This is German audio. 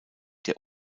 der